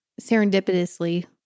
serendipitously